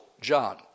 John